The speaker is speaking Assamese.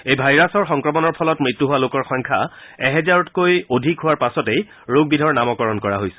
এই ভাইৰাছ সংক্ৰমণৰ ফলত মৃত্যু হোৱা লোকৰ সংখ্যা এহাজৰতকৈ অধিক হোৱাৰ পাছতেই ৰোগবিধৰ নামকৰণ কৰা হৈছে